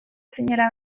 zinela